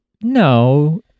No